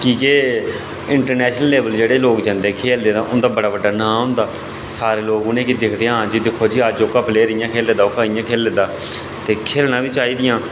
की के international level पर जेह्ड़े लोक जंदे खेलदे ते उं'दा बड़ा बड्डा नाम होंदा ते सारे लोक उ'नेंगी दिक्खदे आं जी अज्ज ओह्का प्लेयर जी इ'यां खेल्ला दा ओह्का इ'यां खेल्ला दा ते खेल्लना बी चाही दियां